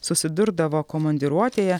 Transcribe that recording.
susidurdavo komandiruotėje